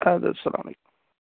اَدٕ حظ سلام علیکُم